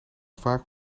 vaak